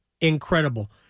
Incredible